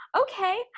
okay